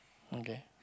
okay